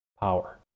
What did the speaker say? power